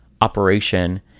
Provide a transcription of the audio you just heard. operation